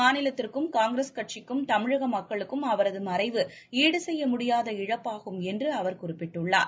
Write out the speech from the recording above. மாநிலத்திற்கும் காங்கிரஸ் கட்சிக்கும் தமிழக மக்களுக்கும் அவரது மறைவு ாடு செய்ய முடியாத இழப்பாகும் என்று அவர் குறிப்பிட்டுள்ளார்